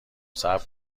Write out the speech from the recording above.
صبر